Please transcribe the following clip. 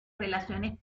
relaciones